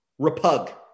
repug